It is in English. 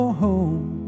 home